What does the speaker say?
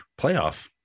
playoff